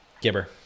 Gibber